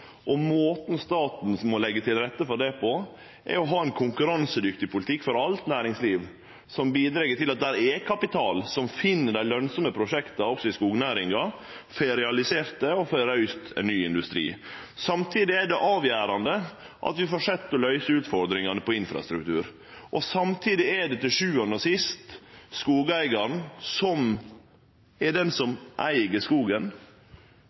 Måten staten må leggje til rette for det på, er å ha ein konkurransedyktig politikk for alt næringsliv som bidreg til at det er kapital som finn dei lønsame prosjekta også i skognæringa, får realisert dei og får reist ny industri. Samtidig er det avgjerande at vi held fram med å løyse utfordringane innanfor infrastruktur: Til sjuande og sist er det skogeigaren, den som eig skogen,